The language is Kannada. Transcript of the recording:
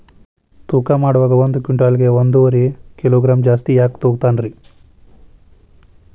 ತೂಕಮಾಡುವಾಗ ಒಂದು ಕ್ವಿಂಟಾಲ್ ಗೆ ಒಂದುವರಿ ಕಿಲೋಗ್ರಾಂ ಜಾಸ್ತಿ ಯಾಕ ತೂಗ್ತಾನ ರೇ?